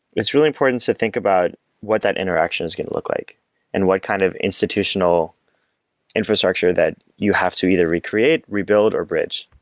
it's really important to think about what that interaction is going to look like and what kind of institutional infrastructure that you have to either recreate, rebuild or bridge.